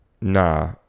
Nah